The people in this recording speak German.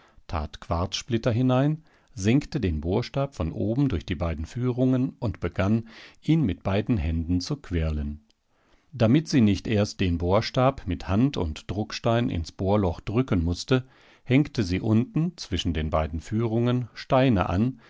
quarzsplitter hinein senkte den bohrstab von oben durch die beiden führungen und begann ihn mit beiden händen zu quirlen damit sie nicht erst den bohrstab mit hand und druckstein ins bohrloch drücken mußte hängte sie unten zwischen den beiden führungen steine an